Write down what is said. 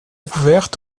ouvertes